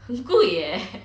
很贵 eh